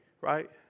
right